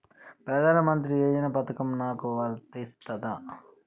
ప్రధానమంత్రి యోజన పథకం నాకు వర్తిస్తదా?